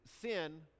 sin